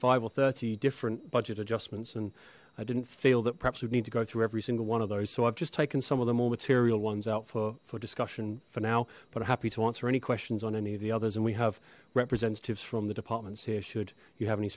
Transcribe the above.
five or thirty different budget adjustments and i didn't feel that perhaps would need to go through every single one of those so i've just taken some of the more material ones out for for discussion for now but i'm happy to answer any questions on any of the others and we have representatives from the apartments here should you have any